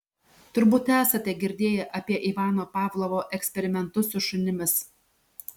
turbūt esate girdėję apie ivano pavlovo eksperimentus su šunimis